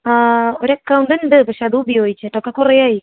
ഒരു അക്കൗണ്ടുണ്ട് പക്ഷെ അതുപയോഗിച്ചിട്ടൊക്കെ കുറേയായി